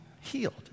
healed